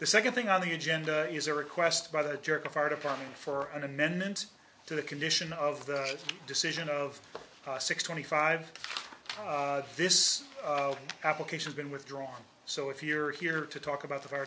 the second thing on the agenda is a request by the jerk of our department for an amendment to the condition of the decision of six twenty five this application been withdrawn so if you're here to talk about the fire